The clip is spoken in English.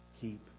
keep